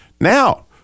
Now